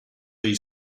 dei